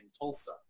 Tulsa